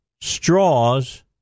straws